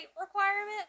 requirement